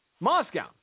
Moscow